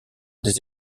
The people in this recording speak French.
des